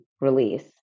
Release